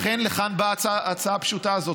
לכן, לכאן באה ההצעה הפשוטה הזאת.